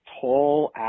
tall